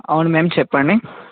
అవును మేం చెప్పండి